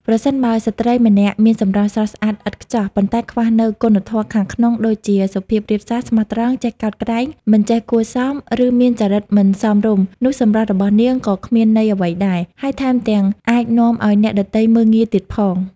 ប្រសិនបើស្ត្រីម្នាក់មានសម្រស់ស្រស់ស្អាតឥតខ្ចោះ ប៉ុន្តែខ្វះនូវគុណធម៌ខាងក្នុងដូចជា សុភាពរាបសារ ស្មោះត្រង់ ចេះកោតក្រែង មិនចេះគួរសម ឫមានចរិតមិនសមរម្យ នោះសម្រស់របស់នាងក៏គ្មានន័យអ្វីដែរ ហើយថែមទាំងអាចនាំឱ្យអ្នកដទៃមើលងាយទៀតផង។